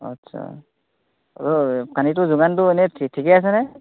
আচ্ছা অঁ পানীটো যোগানটো এনেই ঠিকেই আছেনে